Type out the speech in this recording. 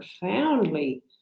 profoundly